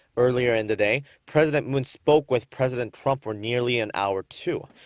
earlier in the day, president moon spoke with president trump for nearly an hour, too.